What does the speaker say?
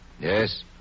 Yes